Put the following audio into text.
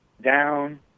down